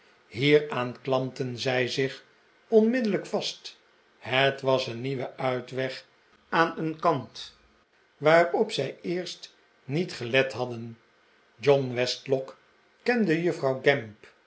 hieraan klampten zij zich onmiddellijk vast het was een nieuwe uitweg aan een kant waarop zij eerst niet gelet hadden john westlock kende juffrouw gamp